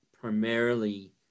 primarily